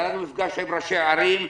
היה לנו מפגש עם ראשי ערים.